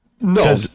No